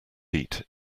heat